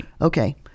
Okay